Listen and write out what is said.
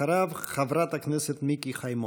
אחריו, חברת הכנסת מיקי חיימוביץ'.